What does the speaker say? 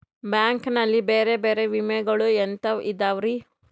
Bank ನಲ್ಲಿ ಬೇರೆ ಬೇರೆ ವಿಮೆಗಳು ಎಂತವ್ ಇದವ್ರಿ?